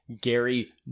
Gary